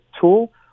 tool